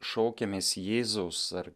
šaukiamės jėzaus ar